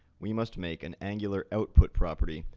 we must make an angular output property,